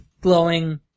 glowing